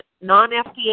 non-FDA